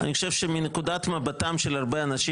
אני חושב שמנקודת מבטם של הרבה אנשים